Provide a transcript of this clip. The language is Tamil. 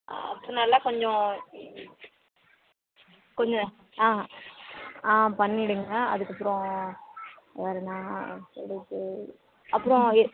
அடுத்து நல்லா கொஞ்சம் கொஞ்சம் ஆ ஆ பண்ணிவிடுங்க அதுக்கப்புறம் வேறு என்ன இப்போதைக்கு அப்புறம்